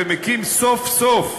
ומקים סוף-סוף,